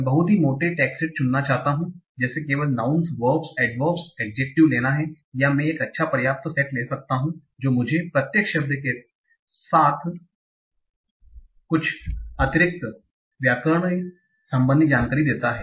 मैं बहुत ही मोटे टैगसेट चुन सकता हूं जैसे केवल नाउँनस वर्बस एडवर्बस एड्जेक्टिव लेना या मैं एक अच्छा पर्याप्त सेट ले सकता हूं जो मुझे प्रत्येक शब्द के साथ कुछ अतिरिक्त व्याकरण संबंधी जानकारी देता है